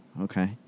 okay